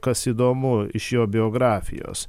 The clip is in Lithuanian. kas įdomu iš jo biografijos